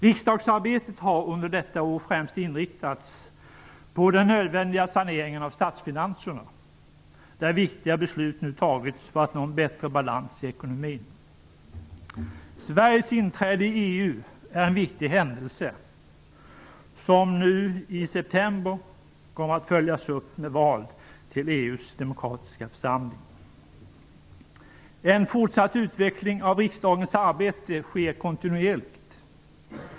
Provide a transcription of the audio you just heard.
Riksdagsarbetet har under detta år främst inriktats på den nödvändiga saneringen av statsfinanserna. Viktiga beslut har nu fattats för att nå en bättre balans i ekonomin. Sveriges inträde i EU är en viktig händelse som nu i september kommer att följas upp med val till EU:s demokratiska församling. Den fortsatta utvecklingen av riksdagens arbete sker kontinuerligt.